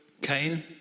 Cain